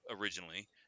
originally